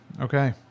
Okay